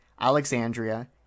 Alexandria